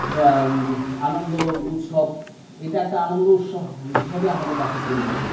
বা আনন্দ উৎসব এটা একটা আনন্দ উৎসব হিসাবে আমাদের কাছে পরিচিত